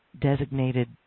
designated